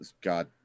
God